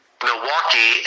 Milwaukee